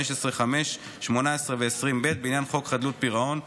18 ו-20(ב), בעניין חוק חדלות פירעון.